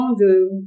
de